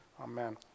Amen